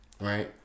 Right